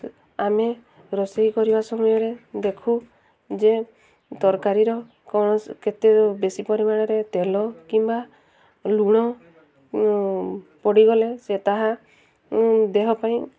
ଆମେ ରୋଷେଇ କରିବା ସମୟରେ ଦେଖୁ ଯେ ତରକାରୀର କୌଣସି କେତେ ବେଶୀ ପରିମାଣରେ ତେଲ କିମ୍ବା ଲୁଣ ପଡ଼ିଗଲେ ସେ ତାହା ଦେହ ପାଇଁ